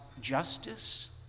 justice